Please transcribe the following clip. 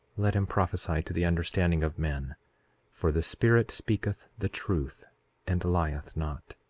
let him prophesy to the understanding of men for the spirit speaketh the truth and lieth not.